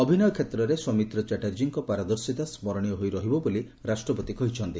ଅଭିନୟ କ୍ଷେତ୍ରରେ ସୌମିତ୍ର ଚାଟାର୍ଜୀଙ୍କ ପାରଦର୍ଶିତା ସ୍କରଣୀୟ ହୋଇ ରହିବ ବୋଲି ରାଷ୍ଟ୍ରପତି କହିଛନ୍ତି